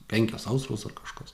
kenkia sausros ar kažkas